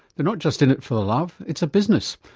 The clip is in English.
they're not just in it for the love, it's a business.